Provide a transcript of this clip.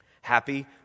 Happy